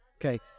Okay